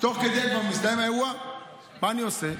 תוך כדי כבר מסתיים האירוע, מה אני עושה?